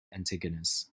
antigonus